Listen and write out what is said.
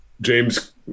James